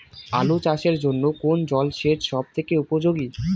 আলু চাষের জন্য কোন জল সেচ সব থেকে উপযোগী?